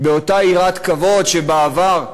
באותה יראת כבוד שבה התייחסת בעבר,